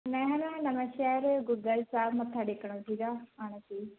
ਮੈਂ ਨਾ ਨਵਾਸ਼ਹਿਰ ਗੁਰਦੁਵਾਰਾ ਸਾਹਿਬ ਮੱਥਾ ਟੇਕਣਾ ਸੀਗਾ ਆਉਣਾ ਸੀ